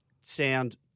sound